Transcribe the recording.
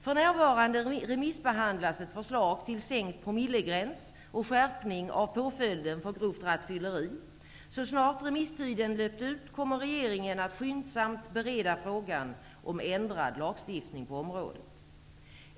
För närvarande remissbehandlas ett förslag till sänkt promillegräns och skärpning av påföljden för grovt rattfylleri. Så snart remisstiden löpt ut kommer regeringen att skyndsamt bereda frågan om ändrad lagstiftning på området.